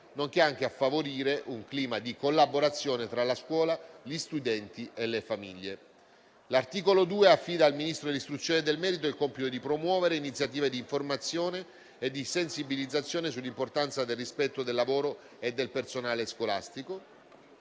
nonché anche a favorire un clima di collaborazione tra la scuola, gli studenti e le famiglie. L'articolo 2 affida al Ministro dell'istruzione e del merito il compito di promuovere iniziative di informazione e di sensibilizzazione sull'importanza del rispetto del lavoro e del personale scolastico.